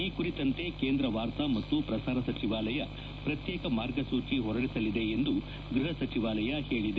ಈ ಕುರಿತಂತೆ ಕೇಂದ್ರ ವಾರ್ತಾ ಮತ್ತು ಪ್ರಸಾರ ಸಚಿವಾಲಯ ಪ್ರತ್ಯೇಕ ಮಾರ್ಗಸೂಚಿ ಹೊರಡಿಸಲಿದೆ ಎಂದು ಗ್ಬಹ ಸಚಿವಾಲಯ ಹೇಳಿದೆ